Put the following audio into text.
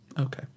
Okay